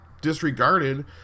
disregarded